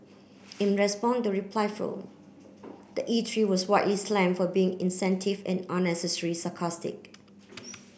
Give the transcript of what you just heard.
in respond the reply form the eatery was widely slam for being insensitive and unnecessary sarcastic